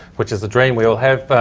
which is the dream we all have,